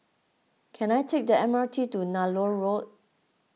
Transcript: can I take the M R T to Nallur Road